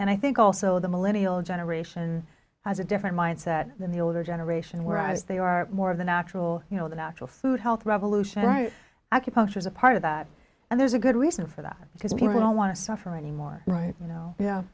i think also the millennial generation has a different mindset than the older generation were as they are more of the natural you know the natural food health revolution right acupuncture is a part of that and there's a good reason for that because people don't want to suffer anymore right now yeah